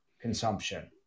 consumption